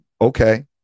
Okay